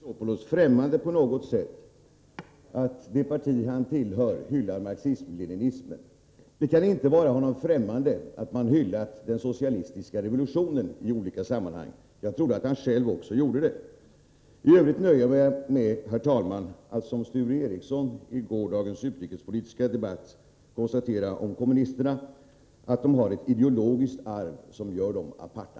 Herr talman! Det kan ändå inte på något sätt vara Alexander Chrisopoulos främmande att det parti som han tillhör hyllar marxism-leninismen. Det kan inte heller vara honom främmande att man i olika sammanhang hyllat den socialistiska revolutionen — och jag trodde att han själv också gjorde det. IT övrigt nöjer jag mig med att som Sture Ericson i gårdagens utrikespolitiska debatt konstatera om kommunisterna att de har ett ideologiskt arv som gör dem aparta.